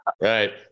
Right